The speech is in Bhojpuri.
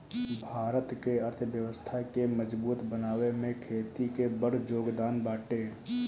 भारत के अर्थव्यवस्था के मजबूत बनावे में खेती के बड़ जोगदान बाटे